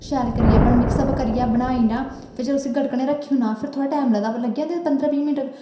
शैल करियै mix up करियै शैल बनाई ओड़ना फिर उस्सी गड़कने रक्खी औड़ना फिर थोह्ड़ा टैम लगदा लग्गी आंदे पंदरां बीह् मिंट